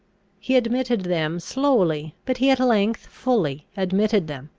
he admitted them slowly, but he at length fully admitted them.